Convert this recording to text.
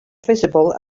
visible